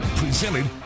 presented